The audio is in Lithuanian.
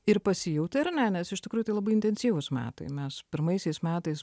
ir pasijauė ir ne nes iš tikrųjų labai intensyvūs metai mes pirmaisiais metais